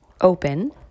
open